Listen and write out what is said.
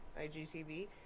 IGTV